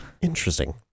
interesting